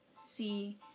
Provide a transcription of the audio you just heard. see